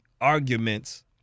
arguments